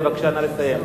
בבקשה, נא לסיים.